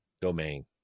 domain